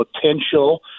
potential